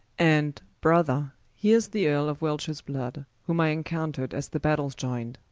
and brother, here's the earle of wiltshires blood, whom i encountred as the battels ioyn'd